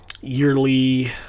yearly